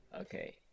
Okay